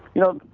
you know,